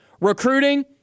Recruiting